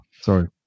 sorry